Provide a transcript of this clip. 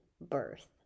birth